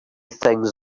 things